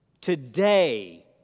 Today